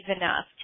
enough